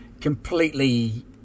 completely